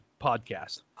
podcast